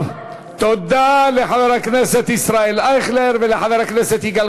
תודה לחבר הכנסת ישראל אייכלר ולחבר הכנסת יגאל